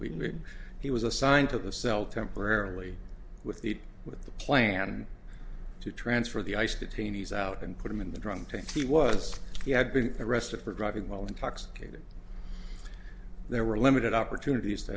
mean he was assigned to the cell temporarily with the with the plan to transfer the ice detainees out and put him in the drunk tank he was he had been arrested for driving while intoxicated there were limited opportunities th